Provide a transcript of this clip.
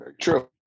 True